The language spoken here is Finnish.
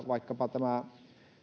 vaikkapa tämä